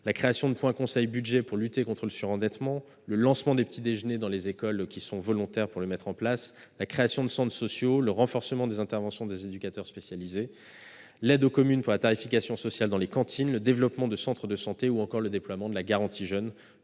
la création de points conseil budget pour lutter contre le surendettement, le lancement des petits-déjeuners dans les écoles volontaires, la création de centres sociaux, le renforcement des interventions des éducateurs spécialisés, l'aide aux communes pour la tarification sociale dans les cantines, le développement de centres de santé ou encore le déploiement de la garantie jeunes